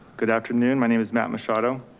good afternoon, my name is matt machado.